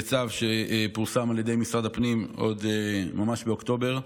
הרי בצו שפורסם על ידי משרד הפנים ממש באוקטובר,